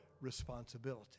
responsibility